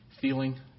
feeling